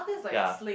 ya